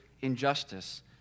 injustice